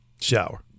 shower